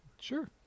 Sure